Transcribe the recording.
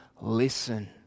listen